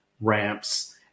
ramps